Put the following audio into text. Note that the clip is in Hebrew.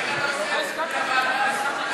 איך אתה עושה את זה בלי הוועדה הזאת?